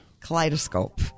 Kaleidoscope